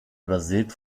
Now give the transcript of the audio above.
übersät